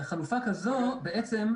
חלופה כזו בעצם,